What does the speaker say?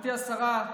גברתי השרה,